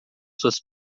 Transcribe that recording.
suas